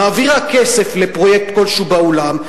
מעבירה כסף לפרויקט כלשהו בעולם,